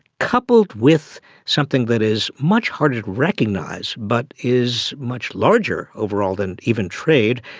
coupled with something that is much harder to recognise but is much larger overall than even trade,